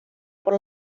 por